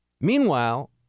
meanwhile